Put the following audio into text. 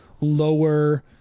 lower